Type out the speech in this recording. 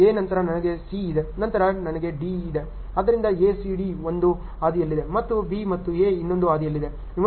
A ನಂತರ ನನಗೆ C ಇದೆ ನಂತರ ನನಗೆ D ಇದೆ ಆದ್ದರಿಂದ A C D ಒಂದು ಹಾದಿಯಲ್ಲಿದೆ ಮತ್ತು B ಮತ್ತು A ಇನ್ನೊಂದು ಹಾದಿಯಲ್ಲಿದೆ